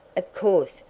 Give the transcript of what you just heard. of course,